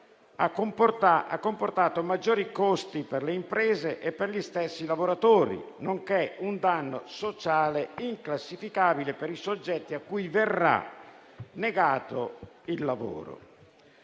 ha comportato maggiori costi per le imprese e per gli stessi lavoratori, nonché un danno sociale inclassificabile per i soggetti a cui verrà negato il lavoro.